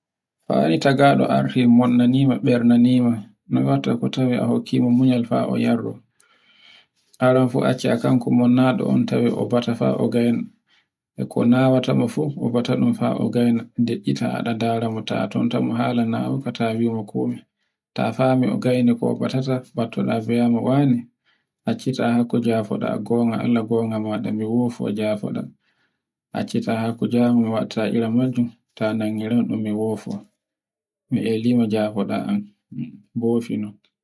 ta wari tafaɗo arti wonnanima bernanima no watte ko tawe a hokki mo munyal fao e yerro, aran fu ko acci a monnaɗo tawe o bata fu, e konawata mo fu ndeita fa andarata mo ta tamtom hala nawuka ta wimo komi. Ta fami a gaini ko batata battoɗa mbiamo wane, Alla gonga maɗa mi yafo gonga, acca ngimo jango a watta iri majjum. bofi nom.